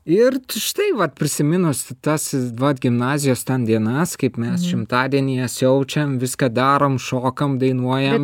ir štai vat prisiminus tas vat gimnazijas ten dienas kaip mes šimtadienyje siaučiam viską darom šokam dainuojam